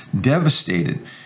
devastated